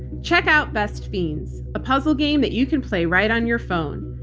check out best fiends, a puzzle game that you can play right on your phone.